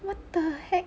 what the heck